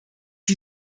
sie